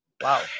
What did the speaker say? Wow